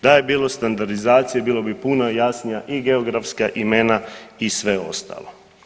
Da je bilo standardizacije, bilo bi puno jasnija i geografska imena i sve ostalo.